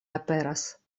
aperas